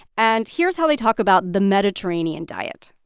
and here's how they talk about the mediterranean diet